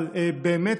באמת,